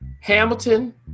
Hamilton